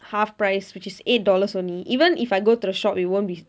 half price which is eight dollars only even if I go to the shop it won't be